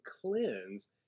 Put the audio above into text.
cleanse